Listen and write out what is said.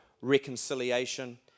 reconciliation